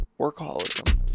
workaholism